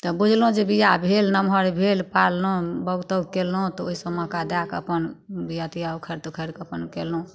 तऽ बुझलहुँ जे बिआ भेल नमहर भेल पारलहुँ बाओग ताओग कयलहुँ तऽ ओइ सबमेका दए कऽ अपन बिआ तिया उखारि तुखारिकऽ अपन कयलहुँ